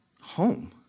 home